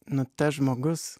nu tas žmogus